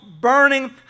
burning